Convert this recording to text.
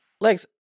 Lex